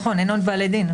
אין לך עוד בעלי דין.